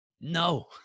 No